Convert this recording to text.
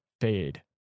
fade